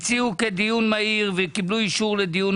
הציעו לדיון מהיר וקיבלו אישור לכך